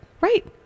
Right